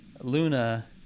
Luna